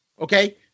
Okay